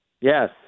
yes